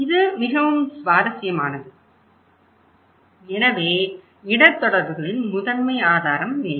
இது மிகவும் சுவாரஸ்யமானது எனவே இடர் தொடர்புகளின் முதன்மை ஆதாரம் வேண்டும்